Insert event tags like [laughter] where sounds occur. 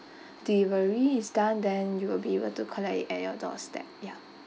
[breath] delivery is done then you will be able to collect it at your doorstep ya